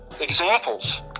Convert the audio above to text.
examples